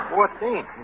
Fourteen